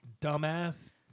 Dumbass